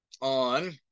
on